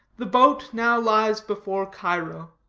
the boat now lies before cairo.